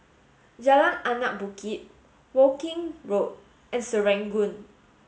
Jalan Anak Bukit Woking Road and Serangoon